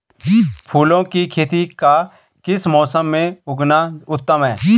फूलों की खेती का किस मौसम में उगना उत्तम है?